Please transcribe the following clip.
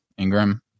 Ingram